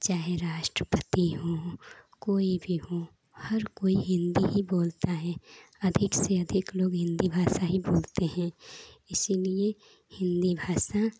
चाहे राष्ट्रपति हों कोई भी हों हर कोई हिन्दी ही बोलता है अधिक से अधिक लोग हिन्दी भाषा ही बोलते हैं इसीलिए हिन्दी भाषा